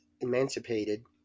emancipated